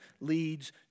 leads